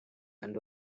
and